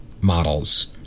models